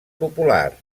popular